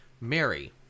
Mary